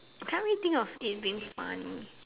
I can't really think of it being funny